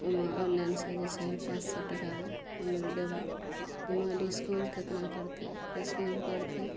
ओइमे ऑनलाइनसँ जे छै पाँच सओ टाका हम देबय ओइमे डिस्काउन्ट केतना करतय डिस्काउन्ट करतय